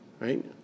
right